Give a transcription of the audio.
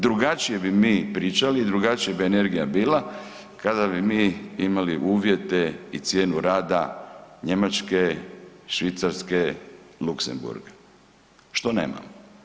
Drugačije bi mi pričali i drugačija bi energija bila kada bi mi imali uvjete i cijenu rada Njemačke, Švicarske, Luxemburga, što nemamo.